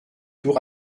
tour